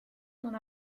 non